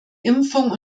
impfung